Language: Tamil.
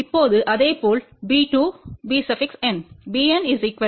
இப்போது இதேபோல் b2 bN